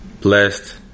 blessed